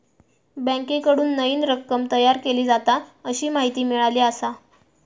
बँकेकडून नईन रक्कम तयार केली जाता, अशी माहिती मिळाली आसा